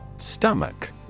Stomach